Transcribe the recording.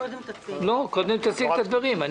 קודם תציג את הדברים.